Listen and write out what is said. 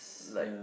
like